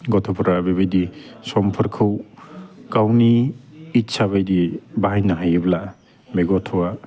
गथ'फ्रा बेबायदि समफोरखौ गावनि इदसा बायदियै बाहायनो हायोब्ला बे गथ'आ